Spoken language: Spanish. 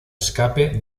escape